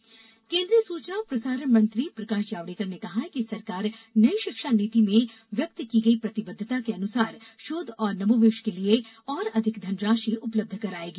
जावड़ेकर केन्द्रीय सूचना और प्रसारण मंत्री प्रकाश जावडेकर ने कहा है कि सरकार नई शिक्षा नीति में व्यक्त की गई प्रतिबद्वता के अनुरूप शोध और नवोन्मेष के लिए और अधिक धनराशि उपलब्ध करायेगी